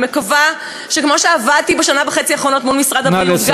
ואני מקווה שכמו שעבדתי בשנה וחצי האחרונות מול משרד הבריאות,